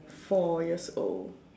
four years old